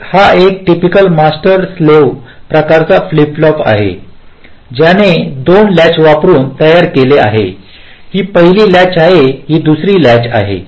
तर हा एक टिपिकल मास्टर स्लेव्ह प्रकारचा फ्लिप फ्लॉप आहे ज्याने दोन लॅच वापरुन तयार केले आहे ही पहिली लॅच आहे ही दुसरी लॅचआहे